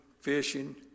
fishing